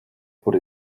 por